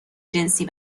جنسی